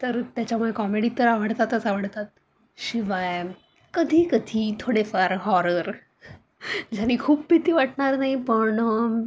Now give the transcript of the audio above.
तर त्याच्यामुळे कॉमेडी तर आवडतातच आवडतात शिवाय कधी कधी थोडेफार हॉरर ज्याने खूप भीती वाटणार नाही पण